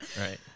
Right